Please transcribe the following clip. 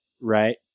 Right